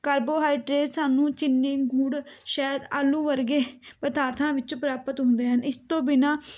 carbohydrate ਸਾਨੂੰ ਚੀਨੀ ਗੁੜ ਸ਼ਹਿਦ ਆਲੂ ਵਰਗੇ ਪਦਾਰਥਾਂ ਵਿੱਚ ਪ੍ਰਾਪਤ ਹੁੰਦੇ ਹਨ ਇਸ ਤੋਂ ਬਿਨਾਂ